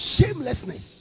shamelessness